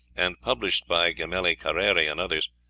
and published by gamelli careri and others,